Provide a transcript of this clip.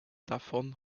davon